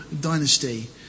dynasty